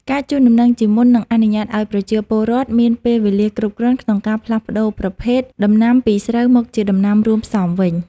ការជូនដំណឹងជាមុននឹងអនុញ្ញាតឱ្យប្រជាពលរដ្ឋមានពេលវេលាគ្រប់គ្រាន់ក្នុងការផ្លាស់ប្តូរប្រភេទដំណាំពីស្រូវមកជាដំណាំរួមផ្សំវិញ។